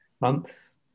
month